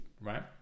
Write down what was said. right